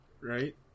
right